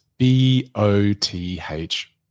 B-O-T-H